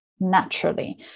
naturally